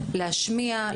להשמיע,